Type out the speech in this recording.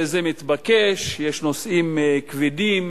זה מתבקש, יש נושאים כבדים,